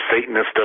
Satanist